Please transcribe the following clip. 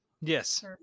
Yes